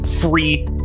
free